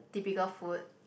typical food